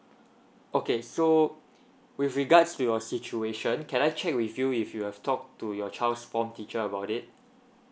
okay so with regards to your situation can I check with you if you've talked to your child's form teacher about it